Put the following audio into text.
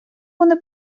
вони